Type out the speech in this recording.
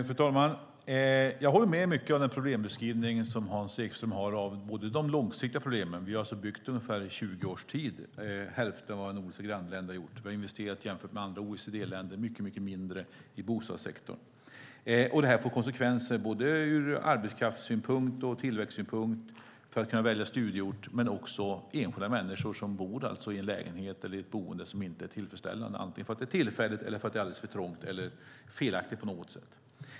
Fru talman! Jag håller med om mycket av den problembeskrivning som Hans Ekström gör om de långsiktiga problemen. Vi har under ungefär 20 års tid byggt hälften så mycket som våra nordiska grannländer har gjort. Vi har investerat mycket mindre i bostadssektorn än andra OECD-länder. Det här får konsekvenser ur både arbetskraftssynpunkt och tillväxtsynpunkt för möjligheten att välja studieort men också för enskilda människor som har ett boende som inte är tillfredsställande, antingen för att det är tillfälligt eller för att det är alldeles för trångt eller felaktigt på något sätt.